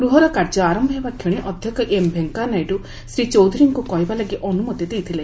ଗୃହର କାର୍ଯ୍ୟ ଆରମ୍ଭ ହେବାକ୍ଷଣି ଅଧ୍ୟକ୍ଷ ଏମ୍ ଭେଙ୍କିୟା ନାଇଡୁ ଶ୍ରୀ ଚୌଧୁରୀଙ୍କୁ କହିବା ଲାଗି ଅନୁମତି ଦେଇଥିଲେ